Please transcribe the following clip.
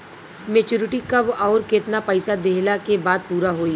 Maturity कब आउर केतना पईसा देहला के बाद पूरा होई?